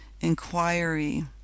inquiry